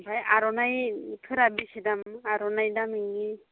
ओमफ्राय आर'नाइफोरा बेसे दाम आर'नाइ दामि